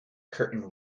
curtain